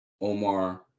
Omar